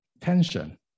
tension